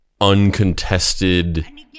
uncontested